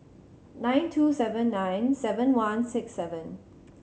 nine two seven nine seven one six seven